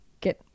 get